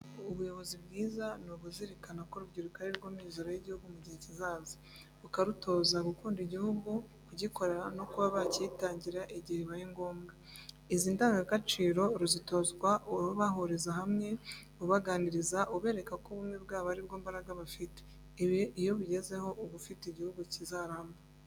Ubuyobozi bwiza ni uruzirikana ko urubyiruko ari rwo mizero y'igihugu mu gihe kizaza. Bukarutoza gukunda igihugu, kugikorera no kuba bakitangira igihe bibaye ngombwa. Izi ndangagaciro ruzitozwa ubahuriza hamwe ubaganiriza, ubereka ko ubumwe bwabo ari bwo mbaraga bafite. Ibi iyo ubigezeho, uba ufite igihugu kizaramba.